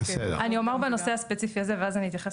אומר בנושא הספציפי הזה ואז אני אתייחס